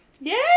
Yay